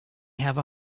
have